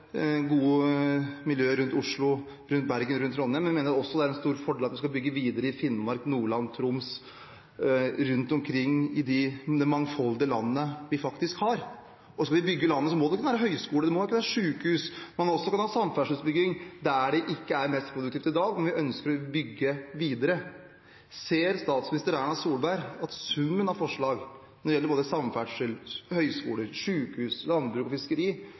rundt Oslo, rundt Bergen og rundt Trondheim, men at det også er en stor fordel at man bygger videre i Finnmark, Nordland og Troms – rundt omkring i det mangfoldige landet vi faktisk har. Og skal vi bygge landet, må det ikke bare være høyskoler, det må ikke bare være sykehus, man må også kunne ha samferdselsutbygging der det ikke er mest produktivt i dag, men der vi ønsker å bygge videre. Ser statsminister Erna Solberg at summen av forslag når det gjelder både samferdsel, høyskoler, sykehus, landbruk og fiskeri,